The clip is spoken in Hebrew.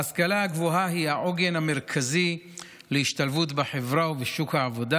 ההשכלה הגבוהה היא העוגן המרכזי להשתלבות בחברה ובשוק העבודה.